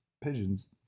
pigeons